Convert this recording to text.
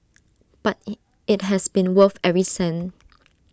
but IT has been worth every cent